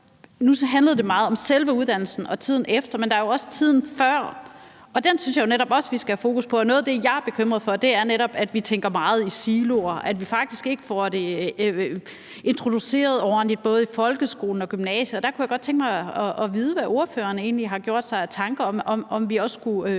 Nu handlede det meget om selve uddannelsen og tiden efter, men der er jo også tiden før, og den synes jeg jo netop også at vi skal fokus på. Noget af det, jeg er bekymret for, er netop, at vi tænker meget i siloer, og at vi faktisk ikke får det introduceret ordentligt, hverken i folkeskolen eller i gymnasiet. Der kunne jeg godt tænke mig at vide, hvad ordføreren egentlig har gjort sig tanker i forhold til